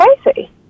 crazy